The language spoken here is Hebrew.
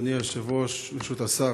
אדוני היושב-ראש, ברשות השר,